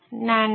நன்றி